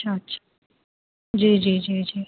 اچھا اچھا جی جی جی جی